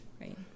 right